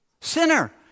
Sinner